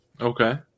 Okay